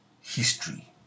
history